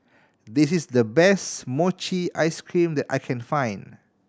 this is the best mochi ice cream that I can find